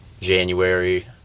January